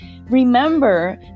Remember